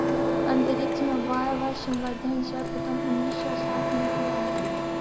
अंतरिक्ष में वायवसंवर्धन सर्वप्रथम उन्नीस सौ साठ में किया गया